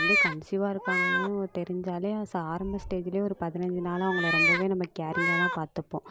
இப்போ வந்து கன்சீவாக இருக்கிறாங்கன்னு தெரிஞ்சாலே ஆரம்ப ஸ்டேஜில் ஒரு பதினஞ்சு நாள் அவங்கள ரொம்ப நம்ம கேரிங்காக தான் பார்த்துப்போம்